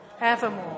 evermore